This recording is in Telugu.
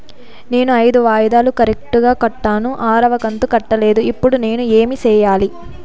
నేను ఐదు వాయిదాలు కరెక్టు గా కట్టాను, ఆరవ కంతు కట్టలేదు, ఇప్పుడు నేను ఏమి సెయ్యాలి?